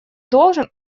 должен